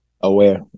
Aware